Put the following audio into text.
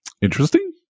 Interesting